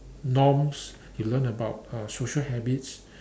norms you learn about uh social habits